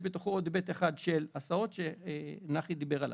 יש בתוכו עוד היבט אחד של הסעות שנחי דיבר עליו,